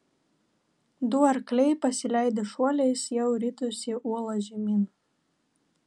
du arkliai pasileidę šuoliais jau ritosi uola žemyn